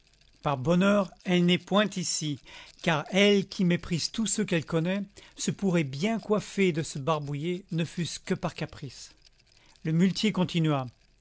par bonheur elle n'est point ici car elle qui méprise tous ceux qu'elle connaît se pourrait bien coiffer de ce barbouillé ne fût-ce que par caprice le muletier continua